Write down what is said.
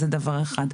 זה דבר אחד.